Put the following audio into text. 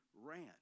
ran